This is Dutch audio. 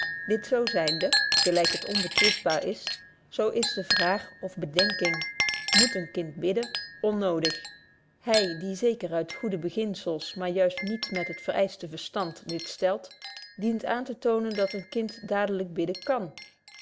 dit zo zynde gelyk het onbetwistbaar is zo is de vraag of bedenking moet een kind bidden onnodig hy die zeker uit goede beginzels maar juist niet met het verëischte verstand dit stelt dient aan te toonen dat een kind dadelyk bidden kan